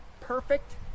perfect